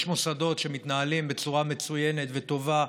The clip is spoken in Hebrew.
יש מוסדות שמתנהלים בצורה מצוינת וטובה,